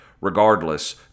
Regardless